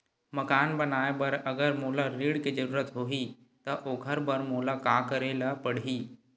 मकान बनाये बर अगर मोला ऋण के जरूरत होही त ओखर बर मोला का करे ल पड़हि?